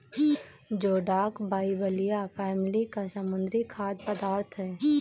जोडाक बाइबलिया फैमिली का समुद्री खाद्य पदार्थ है